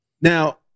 Now